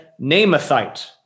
Namathite